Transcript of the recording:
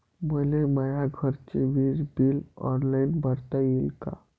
मले माया घरचे विज बिल ऑनलाईन भरता येईन का?